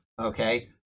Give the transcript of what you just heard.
okay